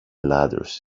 ladders